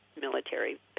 military